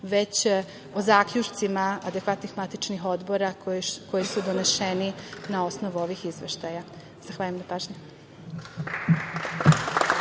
već o zaključcima adekvatnih matičnih odbora koji su doneseni na osnovu ovih izveštaja. Zahvaljujem na pažnji.